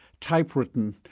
typewritten